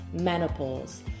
menopause